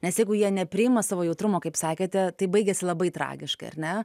nes jeigu jie nepriima savo jautrumo kaip sakėte tai baigiasi labai tragiškai ar ne